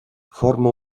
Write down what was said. forma